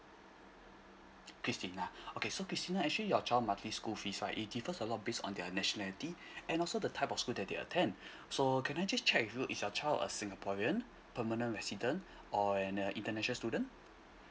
christina okay so christina actually your child monthly school fees right it defers a lot based on their nationality and also the type of school that they attend so can I just check with you is your child a singaporean permanent resident or an a international student